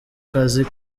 kazi